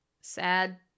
sad